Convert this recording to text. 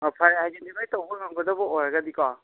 ꯑꯣ ꯐꯔꯦ ꯑꯥꯏꯗꯦꯟꯇꯤꯐꯥ ꯇꯧꯕ ꯉꯝꯒꯗꯕ ꯑꯣꯏꯔꯒꯗꯤꯀꯣ